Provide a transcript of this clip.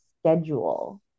schedule